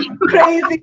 crazy